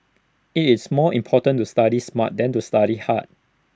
IT is more important to study smart than to study hard